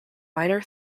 minor